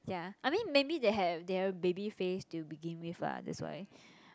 ya I mean maybe they have they have baby face to begin with lah that's why